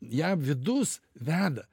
ją vidus veda